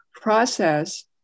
process